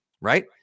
right